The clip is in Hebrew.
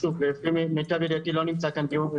אני